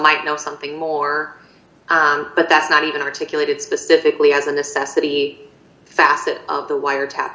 might know something more but that's not even articulated specifically as a necessity facet the wiretap